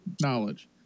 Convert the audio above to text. Knowledge